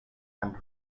and